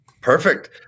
Perfect